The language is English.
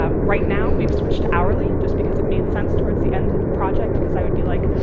um right now we've switched to hourly, just because it made sense towards the end of the project, because i would be like,